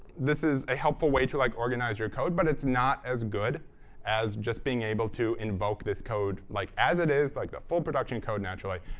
this is a helpful way to like organize your code, but it's not as good as just being able to invoke this code like as it is, like the full production code naturally.